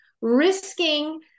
risking